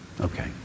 Okay